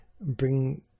bring